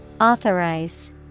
Authorize